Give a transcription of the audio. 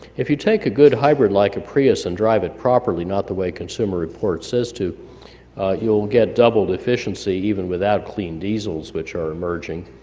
if you take a good hybrid like a prius and drive it properly not the way consumer report says to you'll get doubled efficiency even without clean diesels which are emerging.